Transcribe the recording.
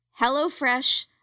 HelloFresh